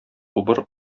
убыр